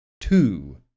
Two